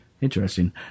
Interesting